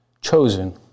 chosen